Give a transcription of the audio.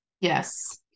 Yes